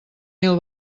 mil